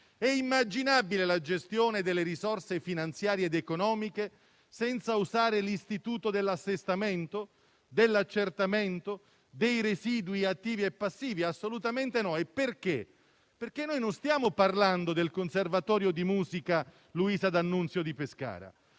È immaginabile la gestione delle risorse finanziarie ed economiche, senza usare l'istituto dell'assestamento, dell'accertamento dei residui attivi e passivi? Assolutamente no e questo perché non stiamo parlando del conservatorio di musica «Luisa D'Annunzio» di Pescara,